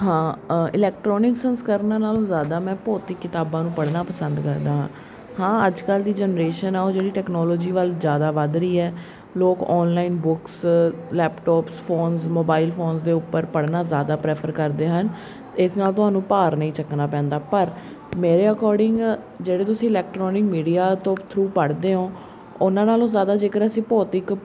ਹਾਂ ਇਲੈਕਟਰੋਨਿਕ ਸੰਸਕਰਨਾਂ ਨਾਲੋਂ ਜ਼ਿਆਦਾ ਮੈਂ ਭੌਤਿਕ ਕਿਤਾਬਾਂ ਨੂੰ ਪੜ੍ਹਨਾ ਪਸੰਦ ਕਰਦਾ ਹਾਂ ਅੱਜ ਕੱਲ੍ਹ ਦੀ ਜਨਰੇਸ਼ਨ ਆ ਉਹ ਜਿਹੜੀ ਟੈਕਨੋਲੋਜੀ ਵੱਲ ਜ਼ਿਆਦਾ ਵੱਧ ਰਹੀ ਹੈ ਲੋਕ online books laptops phones mobile phones ਦੇ ਉੱਪਰ ਪੜ੍ਹਨਾ ਜ਼ਿਆਦਾ ਪ੍ਰੈਫਰ ਕਰਦੇ ਹਨ ਇਸ ਨਾਲ ਤੁਹਾਨੂੰ ਭਾਰ ਨਹੀਂ ਚੱਕਣਾ ਪੈਂਦਾ ਪਰ ਮੇਰੇ ਅਕੋਰਡਿੰਗ ਜਿਹੜੇ ਤੁਸੀਂ ਇਲੈਕਟਰੋਨਿਕ ਮੀਡੀਆ ਤੋਂ ਥਰੂ ਪੜ੍ਹਦੇ ਹੋ ਉਹਨਾਂ ਨਾਲੋਂ ਜ਼ਿਆਦਾ ਜੇਕਰ ਅਸੀਂ ਭੌਤਿਕ